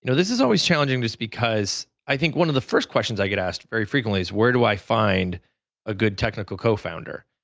you know this is always challenging just because i think one of the first questions i get asked very frequently is where do i find a good technical co-founder.